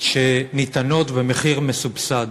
שניתנות במחיר מסובסד.